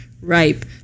ripe